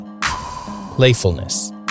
Playfulness